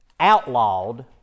outlawed